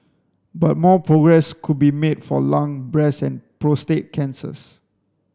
but more progress could be made for lung breast and prostate cancers